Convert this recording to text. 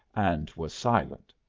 and was silent.